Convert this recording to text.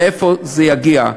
מאיפה זה יגיע.